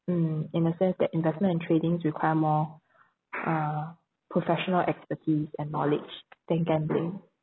mm in a sense that investment and tradings require more uh professional expertise and knowledge than gambling